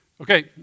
Okay